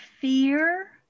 fear